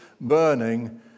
burning